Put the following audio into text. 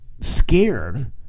scared